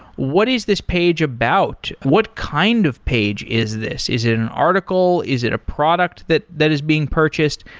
what is this page about? what kind of page is this? is it an article? is it a product that that is being purchased?